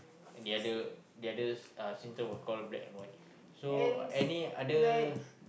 and the other the other uh symptom would call black and white so any other